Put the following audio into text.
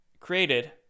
created